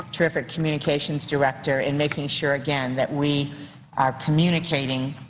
terrific communications director and making sure, again, that we are communicating